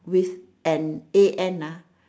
with an A N ah